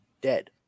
dead